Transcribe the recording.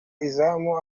izamu